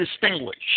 distinguish